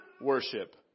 worship